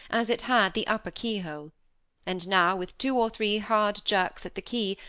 as it had the upper key-hole and now, with two or three hard jerks at the key,